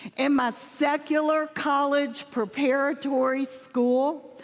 in my secular college preparatory school,